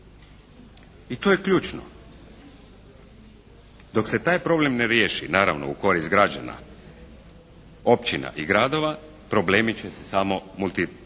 I to je ključno. Dok se taj problem ne riješi, naravno u korist građana, općina i gradova problemi će se samo multiplicirati